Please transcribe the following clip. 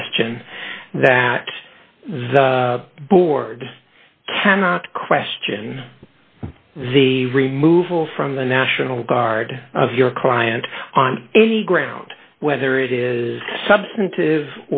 question that the board cannot question the removal from the national guard of your client on any ground whether it is substantive